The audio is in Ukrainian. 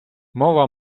мова